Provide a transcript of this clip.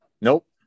nope